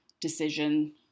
decision